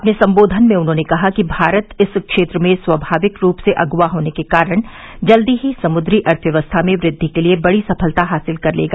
अपने संबोधन में उन्होंने कहा कि भारत इस क्षेत्र में स्वमाविक रूप से अगुवा होने के कारण जल्द ही समुद्री अर्थव्यवस्था में वृद्दि के लिए बड़ी सफलता हासिल कर लेगा